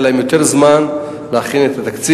היה להם יותר זמן להכין את התקציב,